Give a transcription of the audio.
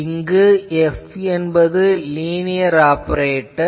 இங்கு F என்பது linear operator